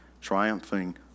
triumphing